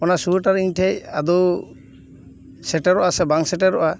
ᱚᱱᱟ ᱥᱚᱭᱮᱴᱟᱨ ᱤᱧᱴᱷᱮᱡ ᱟᱹᱫᱳᱹᱣ ᱥᱮᱴᱮᱨᱚᱜᱼᱟ ᱥᱮ ᱵᱟᱝ ᱥᱮᱴᱮᱨᱚᱜᱼᱟ